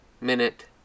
minute